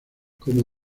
como